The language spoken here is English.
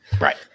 Right